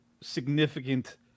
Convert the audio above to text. significant